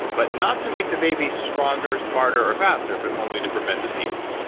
but not to make the baby stronger, smarter, or faster, but only to prevent disease.